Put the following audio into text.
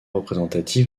représentatif